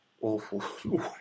awful